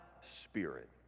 Spirit